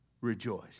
rejoice